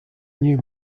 new